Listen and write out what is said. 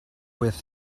with